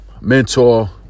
mentor